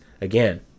Again